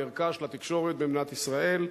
בערכה של התקשורת במדינת ישראל.